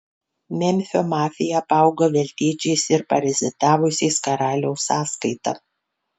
memfio mafija apaugo veltėdžiais ir parazitavusiais karaliaus sąskaita